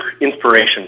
inspiration